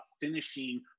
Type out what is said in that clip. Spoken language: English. finishing